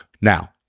Now